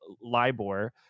LIBOR